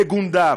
בגונדר,